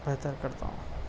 بہتر کرتا ہوں